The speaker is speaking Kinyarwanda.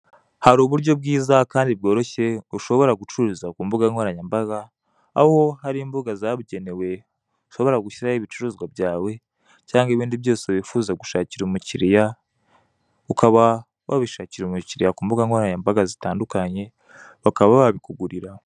Hari uburyo bwiza Kandi bworoshye ushobora gucururiza kumbugankoranyambaga aho hari imbuga zabugenewe ushobora gushyiraho ibicuruzwa byawe cyangwa ibindi byose wifuza gushakira umukiriya ukaba wabishakira umukiriya kumbugankoranyambaga zitandukanye bakaba babikugurira.